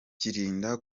kirinda